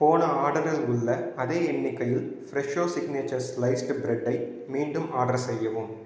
போன ஆர்டரில் உள்ள அதே எண்ணிக்கையில் ஃப்ரெஷோ ஸிக்னேச்சர் ஸ்லைஸ்டு பிரெட்டை மீண்டும் ஆர்டர் செய்யவும்